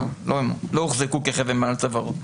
לא הוחזקו כחרב מעל צווארו,